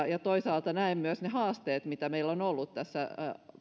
ja toisaalta näen myös ne haasteet mitä meillä on ollut esimerkiksi tässä